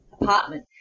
apartment